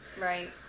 Right